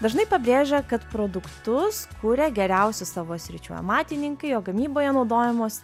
dažnai pabrėžia kad produktus kuria geriausi savo sričių amatininkai o gamyboje naudojamos